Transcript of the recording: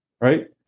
Right